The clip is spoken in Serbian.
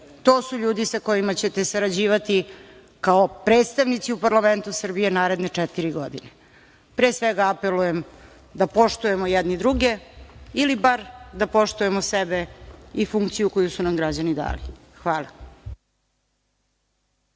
to su ljudi sa kojima ćete sarađivati kao predstavnici u parlamentu Srbije naredne četiri godine. Pre svega, apelujem da poštujemo jedni druge ili bar da poštujemo sebe i funkciju koju su nam građani dali. Hvala.